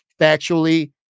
factually